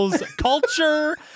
culture